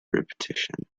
repetition